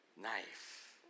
knife